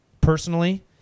personally